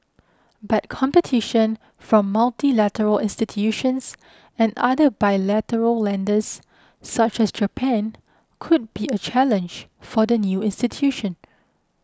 but competition from multilateral institutions and other bilateral lenders such as Japan could be a challenge for the new institution